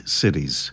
cities